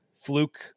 fluke